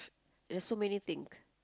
there's so many think